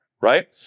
right